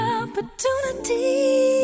opportunity